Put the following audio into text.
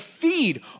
feed